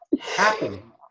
happening